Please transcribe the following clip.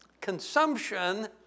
consumption